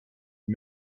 and